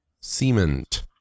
Cement